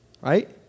Right